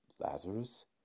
Lazarus